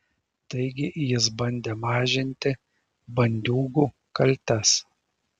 taigi jis bandė mažinti bandiūgų kaltes